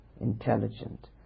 intelligent